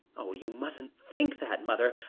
oh, you mustn't think that, mother.